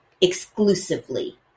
exclusively